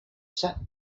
sat